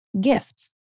gifts